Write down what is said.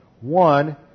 One